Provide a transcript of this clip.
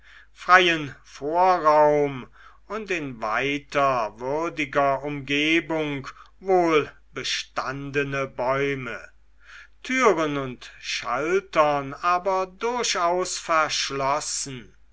freien vorraum und in weiter würdiger umgebung wohlbestandene bäume türen und schaltern aber durchaus verschlossen